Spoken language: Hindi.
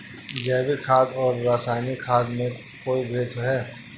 जैविक खाद और रासायनिक खाद में कोई भेद है?